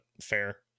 fair